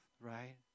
right